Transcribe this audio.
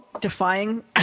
defying